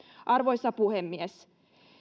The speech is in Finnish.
arvoisa puhemies